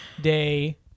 day